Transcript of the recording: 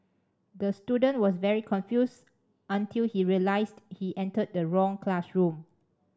the student was very confused until he realised he entered the wrong classroom